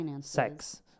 sex